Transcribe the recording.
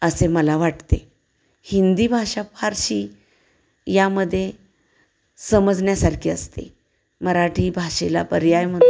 असे मला वाटते हिंदी भाषा फारसी यामध्ये समजण्यासारखी असते मराठी भाषेला पर्याय